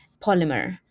polymer